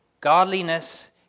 godliness